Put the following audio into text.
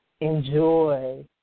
enjoy